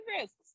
risks